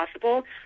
possible